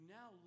now